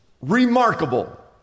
remarkable